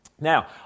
Now